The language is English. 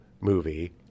movie